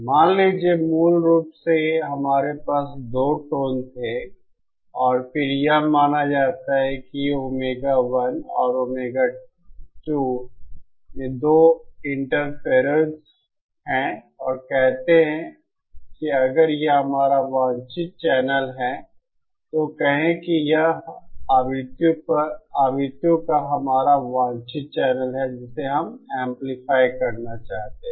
मान लीजिए मूल रूप से हमारे पास 2 टोन थे और फिर यह माना जाता है कि ये ओमेगा 1 और ओमेगा 2 में दो इंटरफेरर्स हैं और कहते हैं कि अगर यह हमारा वांछित चैनल है तो कहें कि यह आवृत्तियों का हमारा वांछित चैनल है जिसे हम एंपलीफाय करना चाहते हैं